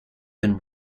been